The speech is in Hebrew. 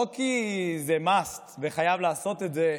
לא כי זה מאסט וחייבים לעשות את זה,